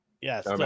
Yes